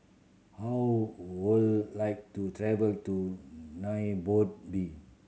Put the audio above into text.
how would like to travel to Nairobi